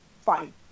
fine